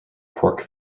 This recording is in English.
quark